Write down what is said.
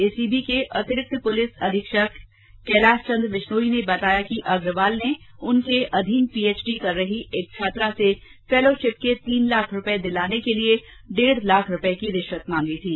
ACB के अतिरिक्त police अधीक्षक कैलाश चंद्र बिश्नोई ने बताया कि अग्रवाल ने उनके अधीन पीएचडी कर रही एक छात्रासे फैलोशिप के तीनलाख रूपए दिलाने के लिए डेढ़ लाख की रिश्वत मांगी थी